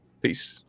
Peace